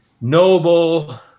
noble